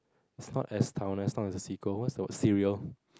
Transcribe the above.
is not as town not as a sequel what's the word serial